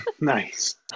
nice